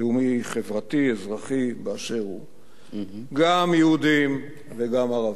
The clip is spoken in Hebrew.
לאומי-חברתי-אזרחי באשר הוא, גם יהודים וגם ערבים.